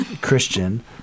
Christian